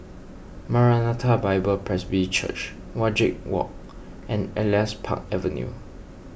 Maranatha Bible Presby Church Wajek Walk and Elias Park Avenue